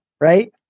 right